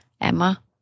emma